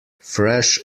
fresh